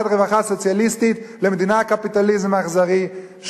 רווחה סוציאליסטית למדינת קפיטליזם אכזרי,